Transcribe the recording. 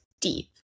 deep